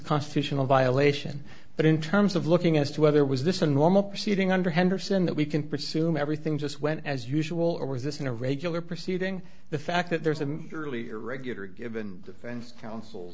constitutional violation but in terms of looking as to whether was this a normal proceeding under henderson that we can pursue me everything just went as usual or was this in a regular proceeding the fact that there's a fairly irregular given defense counsel